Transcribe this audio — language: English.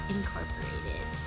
Incorporated